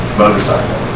motorcycle